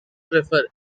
prefer